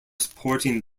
supporting